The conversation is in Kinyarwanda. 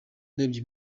ndebye